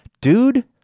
Dude